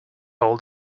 all